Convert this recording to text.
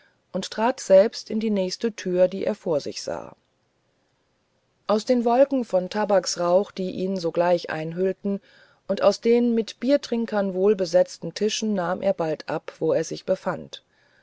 und trat selbst in die nächste tür die er vor sich sah aus den wolken von tabaksrauch die ihn sogleich einhüllten und aus den mit biertrinkern wohlbesetzten tischen nahm er bald ab wo er sich befand